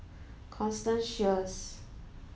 Constance Sheares